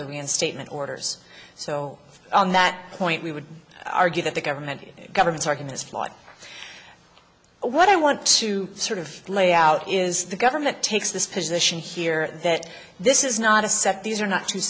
of the reinstatement orders so on that point we would argue that the government governments are in this flight what i want to sort of lay out is the government takes this position here that this is not a set these are not two